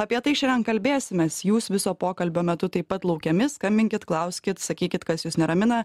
apie tai šiandien kalbėsimės jūs viso pokalbio metu taip pat laukiami skambinkit klauskit sakykit kas jus neramina